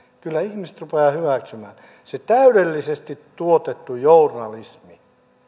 kyllä ihmiset rupeavat hyväksymään siinä täydellisesti tuotetussa journalismissa